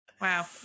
Wow